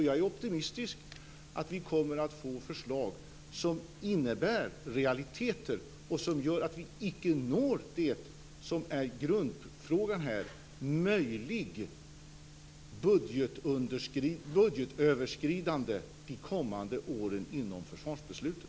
Jag är optimistisk om att vi kommer att få förslag som innebär realiteter och som gör att vi inte når det som är grundfrågan här, nämligen ett möjligt budgetöverskridande de kommande åren inom försvarsbeslutet.